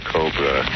Cobra